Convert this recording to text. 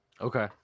okay